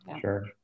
Sure